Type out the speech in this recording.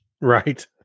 Right